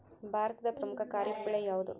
ಭಾರತದ ಪ್ರಮುಖ ಖಾರೇಫ್ ಬೆಳೆ ಯಾವುದು?